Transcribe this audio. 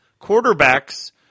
quarterbacks